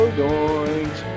doinks